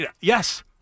yes